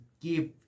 give